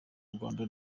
rwanda